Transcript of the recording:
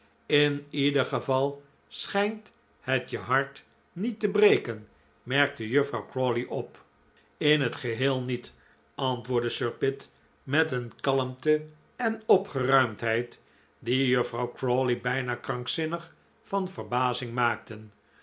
in ieder geval schijnt het je hart niet te breken merkte juffrouw crawley op in het geheel niet antwoordde sir pitt met een kalmte en opgeruimdheid die juffrouw crawley bijna krankzinnig van verbazing maakten